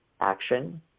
action